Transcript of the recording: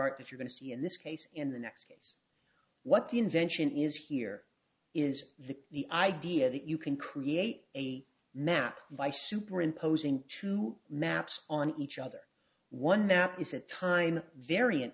art that you're going to see in this case in the next case what the invention is here is the the idea that you can create a map by super imposing two maps on each other one that is a time variant